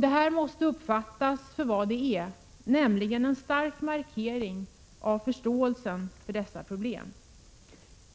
Detta måste uppfattas för vad det är, nämligen en stark markering av förståelsen för dessa problem.